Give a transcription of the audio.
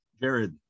Jared